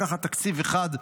לקחת תקציב אחד,